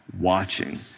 watching